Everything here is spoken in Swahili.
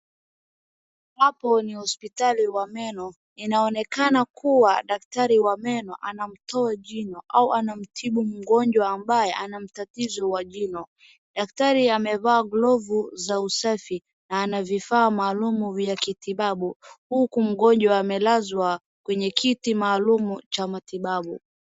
Hapo ni hospitali wa meno. Inaonekana kuwa daktari wa meno anamtoa jino au anamtibu mgonjwa ambaye ana matatizo wa jino. Daktari amevaa glovu za usafi na ana vifaa maalumu vya kitibabu. Huku mgonjwa amelazwa kwenye kiti maalumu cha matibabu.